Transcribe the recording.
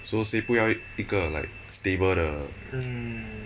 so 谁不要一个 like stable 的